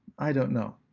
i don't know.